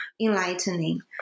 enlightening